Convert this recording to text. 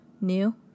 new